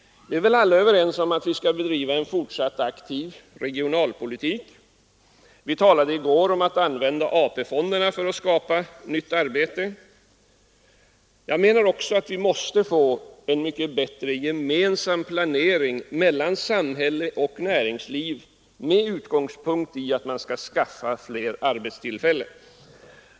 Vi är alla överens om att vi skall fortsätta att driva en aktiv regionalpolitik. Vi talade i går om att använda AP-fonderna för att skapa nya arbetstillfällen. Jag anser också att vi behöver en mycket bättre samordning av planeringen inom samhälle och näringsliv i syfte att skaffa fler arbetstillfällen.